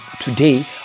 today